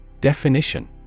Definition